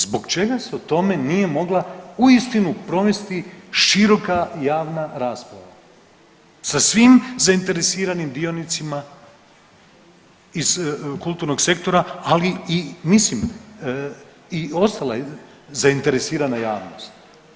Zbog čega se o tome nije mogla uistinu provesti široka javna rasprava sa svim zainteresiranim dionicima iz kulturnog sektora, ali i mislim i ostala zainteresirana javnost?